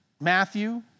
Matthew